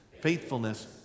faithfulness